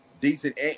decent